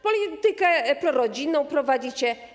Politykę prorodzinną prowadzicie.